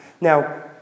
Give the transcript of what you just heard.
Now